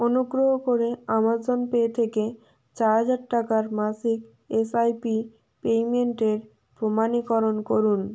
অনুগ্রহ করে Amazon Pay থেকে চার হাজার টাকার মাসিক এসআইপি পেইমেন্টের প্রমাণীকরণ করুন